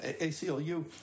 ACLU